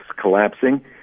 collapsing